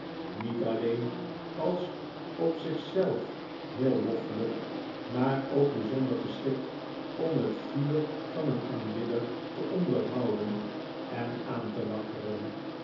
niet alleen als op zich zelf heel loffelijk maar ook bijzonder geschikt om het vuur van een aanbidder te onderhouden en aan te wakkeren